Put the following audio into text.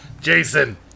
Jason